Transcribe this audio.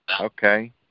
okay